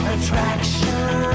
Attraction